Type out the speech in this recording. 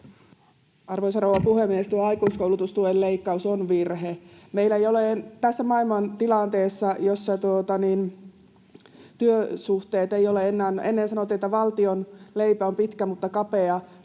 Arvoisa rouva puhemies! Tuo aikuiskoulutustuen leikkaus on virhe. Meillä ei ole tässä maailmantilanteessa, jossa työsuhteet eivät ole enää... Ennen sanottiin, että valtion leipä on pitkä mutta kapea.